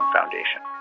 Foundation